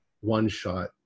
one-shot